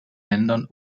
ländern